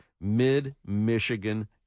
mid-Michigan